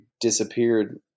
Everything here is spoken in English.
disappeared